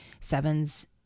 sevens